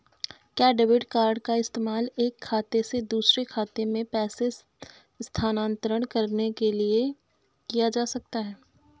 क्या debit card का इस्तेमाल एक खाते से दूसरे खाते में पैसे स्थानांतरण करने के लिए किया जा सकता है?